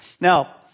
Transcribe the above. Now